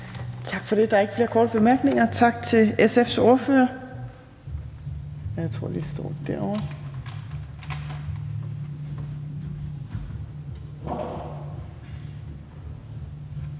Tak for det. Der er ikke flere korte bemærkninger. Tak til SF's ordfører.